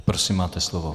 Prosím, máte slovo.